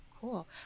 Cool